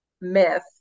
myth